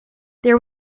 there